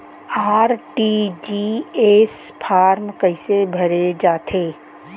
RTGS form कइसे भरे जाथे?